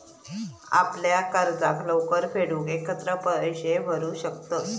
आपल्या कर्जाक लवकर फेडूक एकत्र पैशे भरू शकतंस